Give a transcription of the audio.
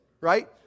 right